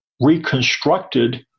reconstructed